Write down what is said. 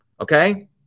Okay